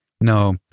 No